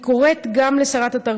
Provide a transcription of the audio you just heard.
אני קוראת מפה